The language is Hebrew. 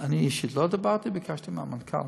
אני אישית לא דיברתי, ביקשתי מהמנכ"ל.